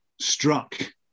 struck